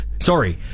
Sorry